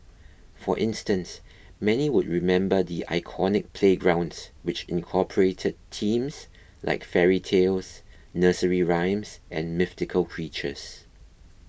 for instance many would remember the iconic playgrounds which incorporated themes like fairy tales nursery rhymes and mythical creatures